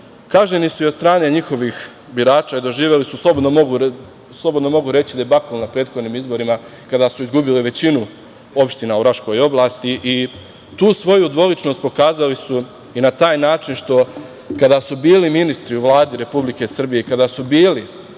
kažnjeni su i od strane njihovih birača i doživeli su, slobodno mogu reći, debakl na prethodnim izborima kada su izgubili većinu opština u Raškoj oblasti i tu svoju dvoličnost pokazali su i na taj način što kada su bili ministri u Vladi Republike Srbije i kada su bili